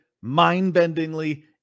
Mind-bendingly